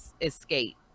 escape